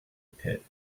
pit